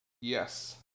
Yes